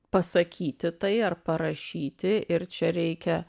pasakyti tai ar parašyti ir čia reikia